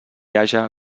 haja